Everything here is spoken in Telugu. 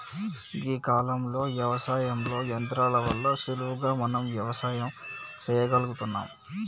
గీ కాలంలో యవసాయంలో యంత్రాల వల్ల సులువుగా మనం వ్యవసాయం సెయ్యగలుగుతున్నం